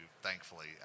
thankfully